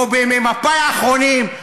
כמו בימי מפא"י האחרונים,